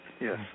Yes